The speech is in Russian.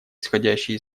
исходящие